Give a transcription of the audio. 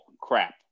crap